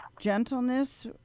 gentleness